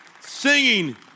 Singing